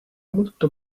molto